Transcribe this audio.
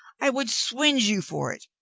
i would swinge you for it!